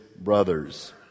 brothers